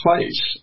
place